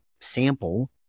sample